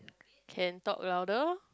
can talk louder